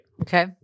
Okay